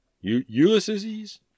Ulysses